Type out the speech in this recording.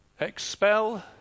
Expel